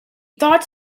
thought